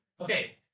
Okay